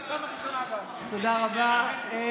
תודה רבה.